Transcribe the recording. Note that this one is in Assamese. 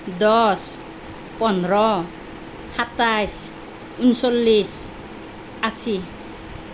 দছ পোন্ধৰ সাতাইছ ঊনচল্লিছ আশী